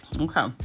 Okay